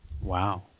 Wow